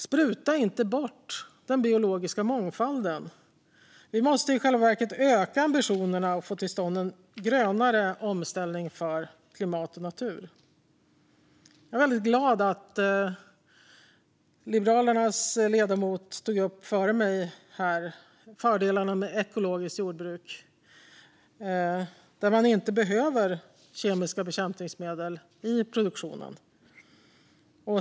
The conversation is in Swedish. Spruta inte bort den biologiska mångfalden! Vi måste i själva verket öka ambitionerna att få till stånd en grönare omställning för klimat och natur. Jag är väldigt glad att Liberalernas ledamot tog upp fördelarna med ekologiskt jordbruk, där man inte behöver kemiska bekämpningsmedel i produktionen.